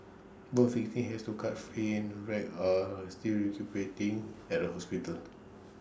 both victims has to cut free and wreck are still recuperating at A hospital